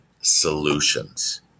solutions